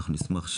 אנחנו נשמח,